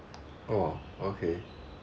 !wah! okay